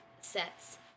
sets